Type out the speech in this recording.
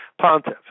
Pontiff